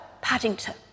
Paddington